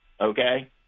okay